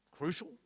Crucial